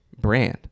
brand